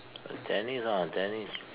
tennis ah tennis